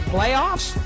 Playoffs